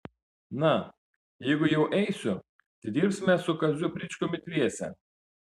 na jeigu jau eisiu tai dirbsime su kaziu bričkumi dviese